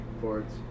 boards